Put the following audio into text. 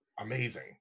amazing